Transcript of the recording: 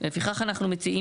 לפיכך אנחנו מציעים